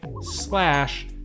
slash